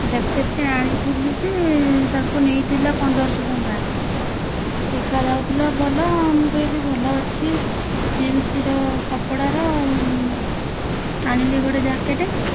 ଜ୍ୟାକେଟ୍ଟେ ଆଣିଥିଲି ଯେ ତାକୁ ନେଇଥିଲା ପନ୍ଦର ଶହ ଟଙ୍କା ଦେଖାଯାଉଥିଲା ଭଲ ମୁଁ କହିଲି ଭଲ ଅଛି ଜିନ୍ସର କପଡ଼ାର ଆଣିଲି ଗୋଟେ ଜ୍ୟାକେଟ୍